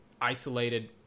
isolated